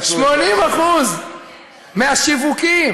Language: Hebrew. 80% מהשיווקים